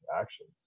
actions